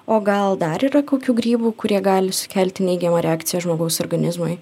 o gal dar yra kokių grybų kurie gali sukelti neigiamą reakciją žmogaus organizmui